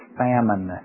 famine